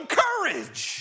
courage